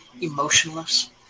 emotionless